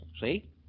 See